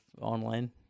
online